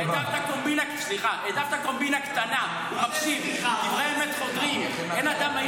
והרי זה לא עניין אותך.